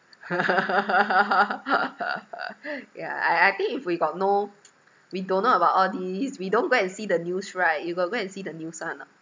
yeah I I think if we got no we don't know about all these we don't go and see the news right you got go and see the news one or not